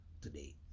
today